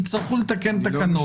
יצטרכו לתקן תקנות.